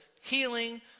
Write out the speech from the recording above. healing